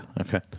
Okay